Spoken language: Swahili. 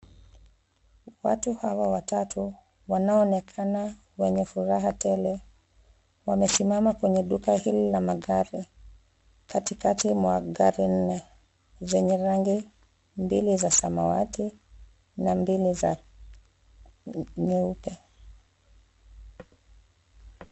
Watu hawa watatu wanaoonekana wenye furaha tele, wamesimama kwenye duka hili la magari katikati mwa gari nne, zenye rangi mbili za samawati na mbili za nyeupe.